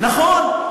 נכון.